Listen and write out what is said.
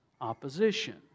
opposition